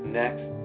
next